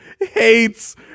hates